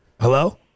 Hello